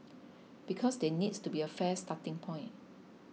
because there needs to be a fair starting point